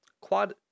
quad